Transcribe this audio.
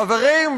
חברים,